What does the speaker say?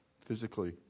physically